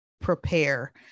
prepare